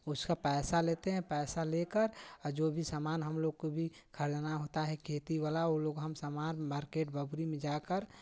उसका पैसा लेते हैं पैसा लेकर आ जो भी सामान हमलोग को भी खरीदना होता है खेती वाला वो लोग हम सामान मार्केट बबुरी में जाकर